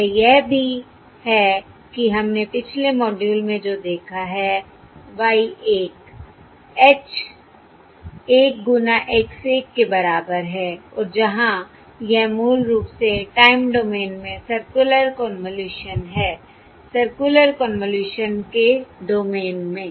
वह यह भी है कि हमने पिछले मॉड्यूल में जो देखा है Y l H l गुना X l के बराबर है और जहां यह मूल रूप से टाइम डोमेन में सर्कुलर कन्वॉल्यूशन है सर्कुलर कन्वॉल्यूशन के डोमेन में